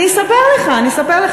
אני אספר לך,